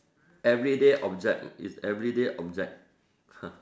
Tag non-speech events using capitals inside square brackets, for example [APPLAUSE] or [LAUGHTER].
everyday object is everyday object [LAUGHS]